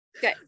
good